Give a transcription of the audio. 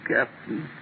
Captain